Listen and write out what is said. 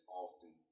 often